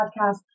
podcast